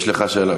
יש לך שאלה?